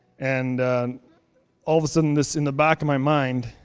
and all of a sudden this in the back of my mind,